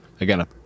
again